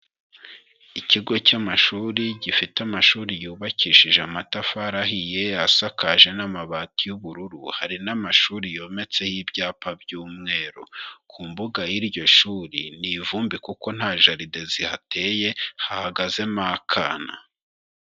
Ikigo cy'amashuri gifite amashuri yubakishije amatafari ahiye asakaje n'amabati y'ubururu. Hari n'amashuri yometseho ibyapa by'umweru. Ku mbuga y'iryo shuri ni ivumbi kuko nta jaride zihateye, hahagazemo akana.